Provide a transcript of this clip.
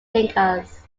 thinkers